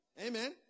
Amen